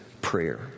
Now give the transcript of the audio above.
prayer